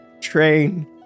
Train